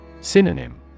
Synonym